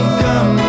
come